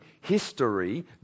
history